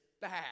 back